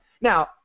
Now